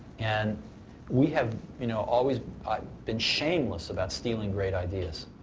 and we have you know always been shameless about stealing great ideas.